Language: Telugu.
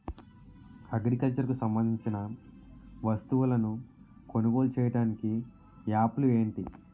అగ్రికల్చర్ కు సంబందించిన వస్తువులను కొనుగోలు చేయటానికి యాప్లు ఏంటి?